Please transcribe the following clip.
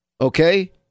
Okay